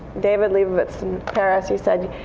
david lebovitz in paris, he said,